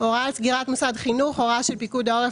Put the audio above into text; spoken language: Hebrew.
"הוראה על סגירת מוסד חינוך" הוראה של פיקוד העורף